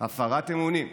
הפרת אמונים,